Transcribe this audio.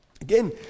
Again